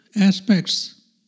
aspects